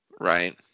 Right